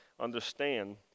understand